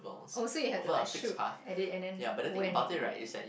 oh so you have to like shoot at it and then when it